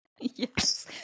Yes